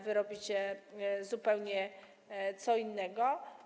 Wy robicie zupełnie co innego.